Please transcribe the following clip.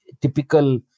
typical